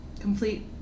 complete